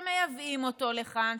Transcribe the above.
מייבאים אותו לכאן,